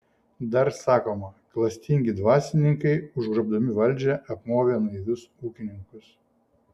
dar sakoma klastingi dvasininkai užgrobdami valdžią apmovė naivius ūkininkus